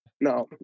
No